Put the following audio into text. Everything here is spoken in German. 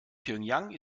pjöngjang